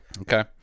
Okay